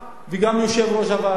וגם יושב-ראש הוועדה?